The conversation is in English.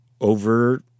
over